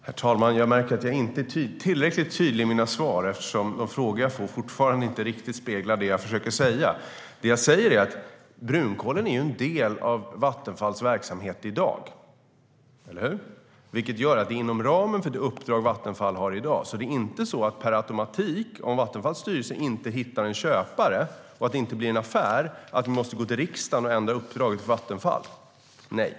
Herr talman! Jag märker att jag inte är tillräckligt tydlig i mina svar eftersom de frågor jag får fortfarande inte riktigt speglar det jag försöker säga. Det jag säger är att brunkolen är en del av Vattenfalls verksamhet i dag, eller hur? Det gör att inom ramen för det uppdrag som Vattenfall har i dag är det inte per automatik så att om Vattenfalls styrelse inte hittar en köpare och det inte blir en affär måste vi gå till riksdagen och ändra uppdraget för Vattenfall, nej.